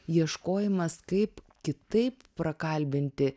ieškojimas kaip kitaip prakalbinti